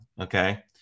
okay